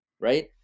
Right